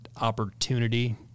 opportunity